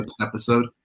episode